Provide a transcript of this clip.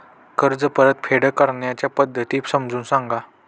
कर्ज परतफेड करण्याच्या पद्धती समजून सांगा